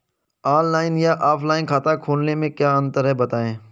Online या offline खाता खोलने में क्या अंतर है बताएँ?